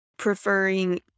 Preferring